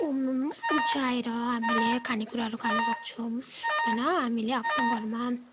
उब्जाएर हामीले खानेकुराहरू खानु सक्छौँ होइन हामीले आफ्नो घरमा